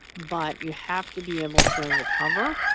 but you have to be able to recover,